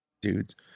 dudes